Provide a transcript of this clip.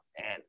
man